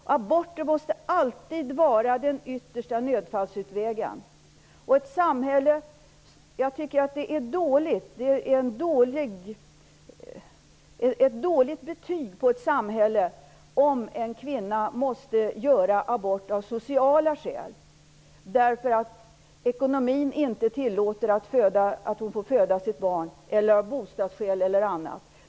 En abort måste alltid vara så att säga den yttersta nödfallsutvägen. Jag tycker att det är ett dåligt betyg för samhället om en kvinna måste göra abort av sociala skäl. Det kan ju vara så att ekonomin inte tillåter kvinnan att föda sitt barn. Det kan vara bostadsskäl osv.